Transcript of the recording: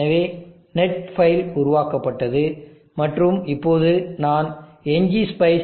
எனவே net file உருவாக்கப்பட்டது மற்றும் இப்போது நான் ngspice mppt